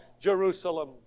Jerusalem